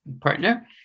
partner